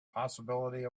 possibility